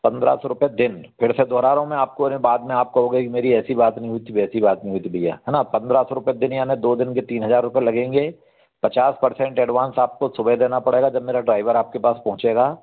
पंद्रह सौ रुपये दिन फिर से दोहरा रहा हूँ मै आपको बाद में आप कहोगे मेरी ऐसी बात नहीं हुई थी वैसी बात नहीं हुई थी भैया है ना पंद्रह सौ रुपये दिन यानी दो दिन के तीन हज़ार रुपये लगेंगे पचास परसेन्ट एडवांस आपको सुबह देना पड़ेगा जब मेरा ड्राइवर आपके पास पहुंचेगा